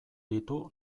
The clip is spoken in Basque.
ditu